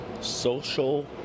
social